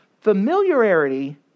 Familiarity